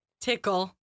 Tickle